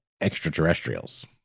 extraterrestrials